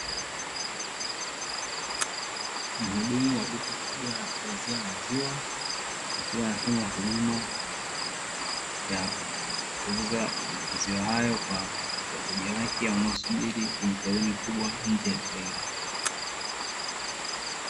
Mhudumu wa duka kubwa la kuuzia maziwa akiwa anafanya huduma ya kuuza maziwa hayo kwa wateja wake, wanaosubiri kwenye foleni kubwa nje ya duka hilo.